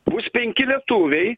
bus penki lietuviai